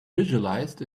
visualized